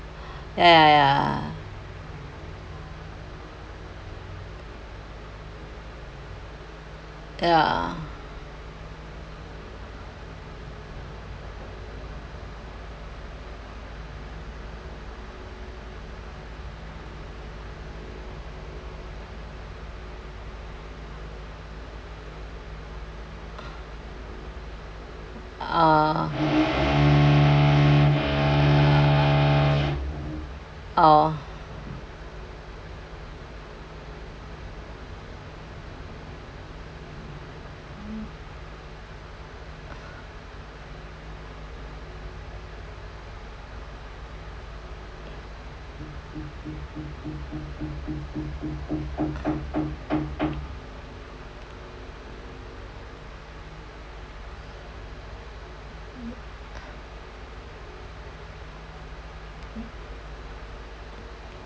ya ya ya ya ah oh